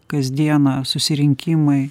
kasdieną susirinkimai